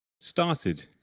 started